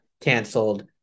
canceled